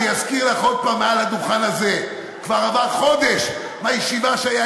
אני אזכיר לך עוד פעם מעל הדוכן הזה: כבר עבר חודש מהישיבה שהייתה